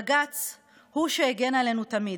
בג"ץ הוא שהגן עלינו תמיד,